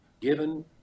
given